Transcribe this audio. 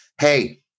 hey